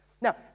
Now